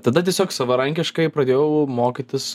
tada tiesiog savarankiškai pradėjau mokytis